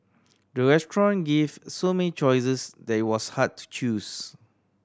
the restaurant gave so many choices that it was hard to choose